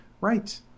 Right